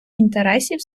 інтересів